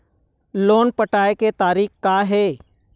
Loan पटाए के तारीख़ का हे?